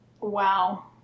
Wow